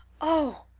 oh!